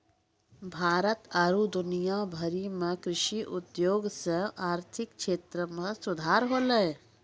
भारत आरु दुनिया भरि मे कृषि उद्योग से आर्थिक क्षेत्र मे सुधार होलै